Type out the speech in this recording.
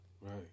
Right